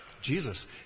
Jesus